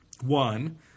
One